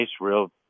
real